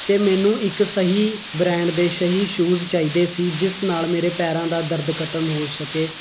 ਅਤੇ ਮੈਨੂੰ ਇੱਕ ਸਹੀ ਬ੍ਰੈਂਡ ਦੇ ਸਹੀ ਸ਼ੂਜ਼ ਚਾਹੀਦੇ ਸੀ ਜਿਸ ਨਾਲ ਮੇਰੇ ਪੈਰਾਂ ਦਾ ਦਰਦ ਖਤਮ ਹੋ ਸਕੇ